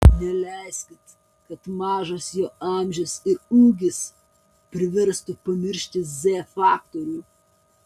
neleiskit kad mažas jos amžius ir ūgis priverstų pamiršti z faktorių